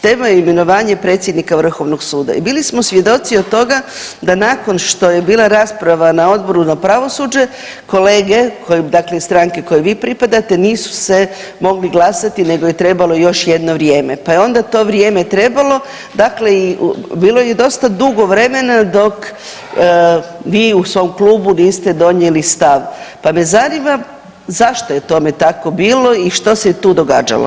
Tema je imenovanje predsjednika vrhovnog suda i bili smo svjedoci od toga da nakon što je bila rasprava na Odboru za pravosuđe kolege koje, dakle iz stranke kojoj vi pripadate, nisu se mogli glasati nego je trebalo još jedno vrijeme, pa je onda to vrijeme trebalo, dakle bilo je dosta dugo vremena dok vi u svom klubu niste donijeli stav, pa me zanima zašto je tome tako bilo i što se je tu događalo?